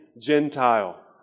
Gentile